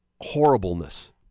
horribleness